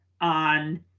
on